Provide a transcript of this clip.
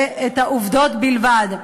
ואת העובדות בלבד.